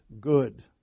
good